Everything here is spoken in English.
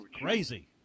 crazy